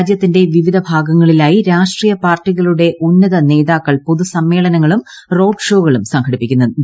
രാജ്യത്തീള്ന്റ് വിവിധ ഭാഗങ്ങളിലായി രാഷ്ട്രീയ പാർട്ടികളുടെ ഉന്നത നേത്രാക്കൾ പൊതുസമ്മേളനങ്ങളും റോഡ് ഷോകളും സംഘടിപ്പിക്കുന്നുണ്ട്